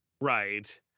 Right